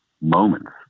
moments